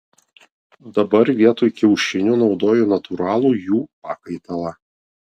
dabar vietoj kiaušinių naudoju natūralų jų pakaitalą